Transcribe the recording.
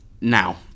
Now